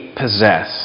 possess